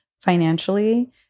financially